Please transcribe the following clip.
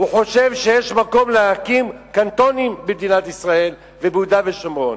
הוא חושב שיש מקום להקים קנטונים במדינת ישראל וביהודה ושומרון,